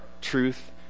truth